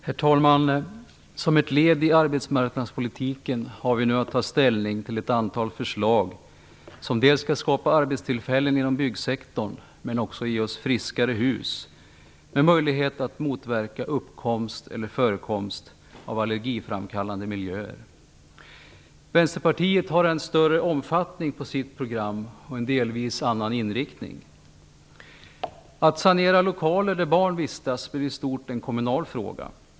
Herr talman! Som ett led i arbetsmarknadspolitiken har vi nu att ta ställning till ett antal förslag som skall skapa arbetstillfällen inom byggsektorn och också ge oss friskare hus och möjlighet att motverka uppkomst eller förekomst av allergiframkallande miljöer. Vänsterpartiet har en större omfattning på sitt program och en delvis annan inriktning än regeringen. Att sanera lokaler där barn vistas blir i stort en kommunal fråga.